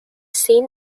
seen